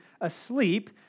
asleep